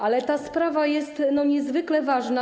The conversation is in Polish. Ale ta sprawa jest niezwykle ważna.